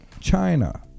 China